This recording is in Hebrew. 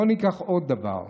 בואו ניקח עוד דבר.